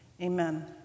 Amen